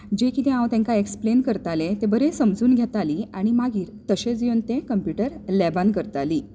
जें कितें हांव तांकां एक्सप्लेन करतालें तें बरें समजून घेतालीं आनी मागीर तशेंच येवन ते कंप्युटर लॅबांत करतालीं